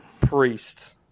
priests